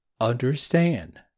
Understand